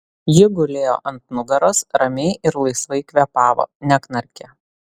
ji gulėjo ant nugaros ramiai ir laisvai kvėpavo neknarkė